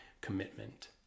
commitment